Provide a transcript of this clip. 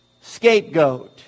Scapegoat